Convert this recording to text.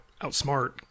outsmart